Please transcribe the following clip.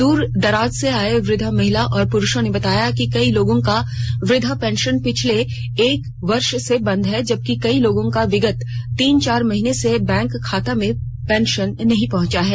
दूर दराज से आये वृद्ध महिला और पुरुषों ने बताया कि कई लोगों का वृद्धा पेंशन पिछले एक वर्ष से बंद है जबकि कई लोगों का विगत तीन चार महीने से बैंक खाता में पेंशन नहीं पहंचा है